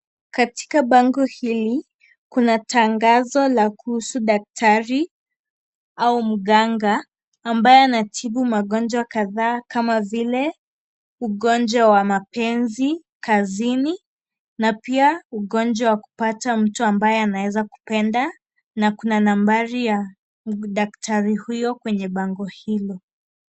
Katika bango hili kuna tangazo la kuhusu daktari au mganga, ambaye anatibu magonjwa kadhaa kama vile, ugonjwa wa mapenzi kazini na pia ugonjwa wa kupata mtu ambaye anaweza kupenda, na Kuna nambari ya daktari huyo kwenye bango hilo.